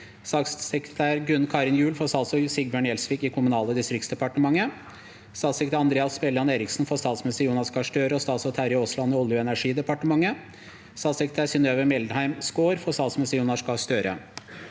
Statssekretær Gunn Karin Gjul for statsråd Sigbjørn Gjelsvik i Kommunal- og distriktsdepartementet. 15. Statssekretær Andreas Bjelland Eriksen for statsminister Jonas Gahr Støre og statsråd Terje Aasland i Olje- og energidepartementet. 16. Statssekretær Synnøve Mjeldheim Skaar for statsminister Jonas Gahr Støre.